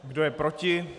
Kdo je proti?